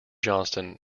johnston